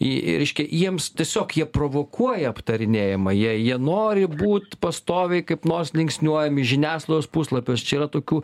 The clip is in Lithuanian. į reiškia jiems tiesiog jie provokuoja aptarinėjimą jie jie nori būt pastoviai kaip nors linksniuojami žiniasklaidos puslapiuos čia yra tokių